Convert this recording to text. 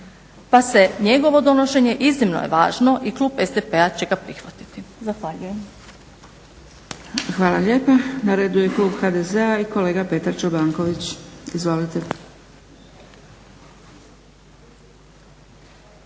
pa se njegovo donošenje, iznimno je važno, i klub SDP-a će ga prihvatiti. Zahvaljujem. **Zgrebec, Dragica (SDP)** Hvala lijepa. Na redu je klub HDZ-a i kolega Petar Čobanković. Izvolite.